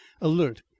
alert